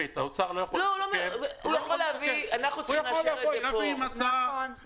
הוא יכול להביא הצעה ולהגיד: